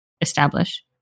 establish